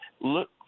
look